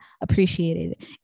appreciated